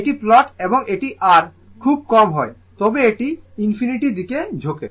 এটি প্লট এবং যদি R খুব কম হয় তবে এটি ইনফিনিটির দিকে ঝোঁকে